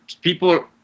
People